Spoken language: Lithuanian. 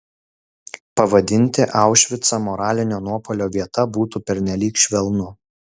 pavadinti aušvicą moralinio nuopuolio vieta būtų pernelyg švelnu